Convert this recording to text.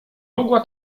mogła